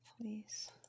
Please